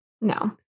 No